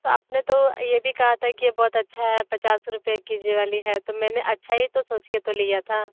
तो आपने तो ये भी कहा था कि यह बहुत अच्छा है पचास रुपये के जी वाली है तो मैंने अच्छा ही तो सोच के तो लिया था